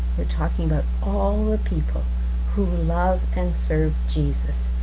we're talking about all the people who love and serve jesus,